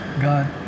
God